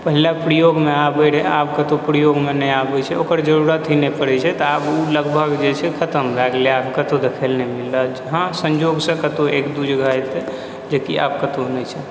पहिने प्रयोगमे आबै रहै आब कतौ प्रयोगमे नहि आबै छै ओकर जरूरत ही नहि पड़ै छै तऽ आब ओ लगभग जे छै खतम भए गेलै आब कतौ देखैले नहि मिल रहल छै हँ सञ्जोगसँ कतौ एक दू जगह हेतै जे कि आब कतौ नहि छै